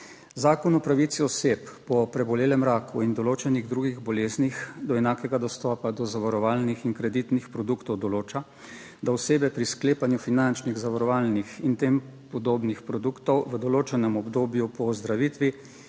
Zakon o pravici oseb po prebolelem raku in določenih drugih boleznih do enakega dostopa do zavarovalnih in kreditnih produktov določa, da osebe pri sklepanju finančnih, zavarovalnih in tem podobnih produktov v določenem obdobju po ozdravitvi